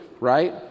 right